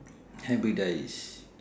hybridise